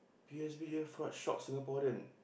P_O_S_B you have fraud shock Singaporean